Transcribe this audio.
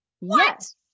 Yes